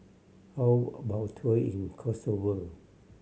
how about a tour in Kosovo